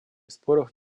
споров